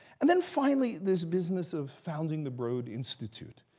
and then, finally, this business of founding the broad institute.